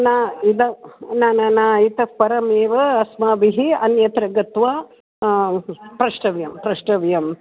न इद न न न इतः परमेव अस्माभिः अन्यत्र गत्वा प्रष्टव्यं प्रष्टव्यम्